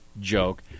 joke